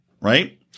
right